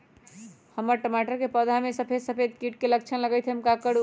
हमर टमाटर के पौधा में सफेद सफेद कीट के लक्षण लगई थई हम का करू?